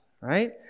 right